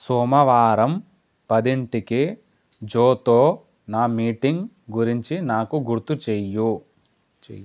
సోమవారం పదింటికి జోతో నా మీటింగ్ గురించి నాకు గుర్తు చేయు చెయ్యి